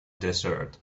desert